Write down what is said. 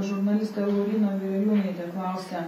žurnalistė lauryna vireliūnaitė klausia